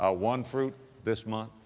ah one fruit this month,